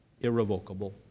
irrevocable